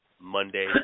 Monday